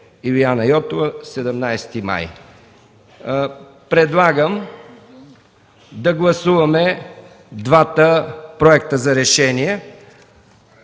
Илияна Йотова, 17 май 2013 г.”. Предлагам да гласуваме двата проекта за решение.